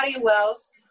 Wells